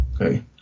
Okay